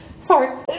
Sorry